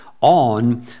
on